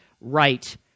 right